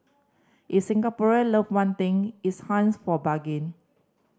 if Singaporean love one thing it's hunts for bargain